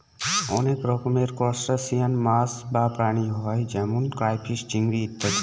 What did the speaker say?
অনেক রকমের ত্রুসটাসিয়ান মাছ বা প্রাণী হয় যেমন ক্রাইফিষ, চিংড়ি ইত্যাদি